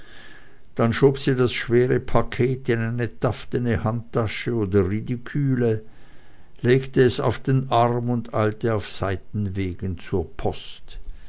dann schob sie das schwere paket in eine taftene handtasche oder retiküle legte es auf den arm und eilte auf seitenwegen zur post